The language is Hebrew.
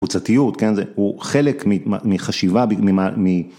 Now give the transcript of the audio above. קבוצתיות, כן? זה חלק מחשיבה